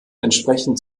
entsprechend